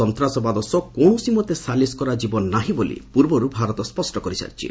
ସନ୍ତାସବାଦ ସହ କୌଣସିମତେ ସାଲିସ୍ କରାଯିବ ନାହିଁ ବୋଲି ପୂର୍ବରୁ ଭାରତ ସ୍ୱଷ୍ଟ କରିସାରିଛି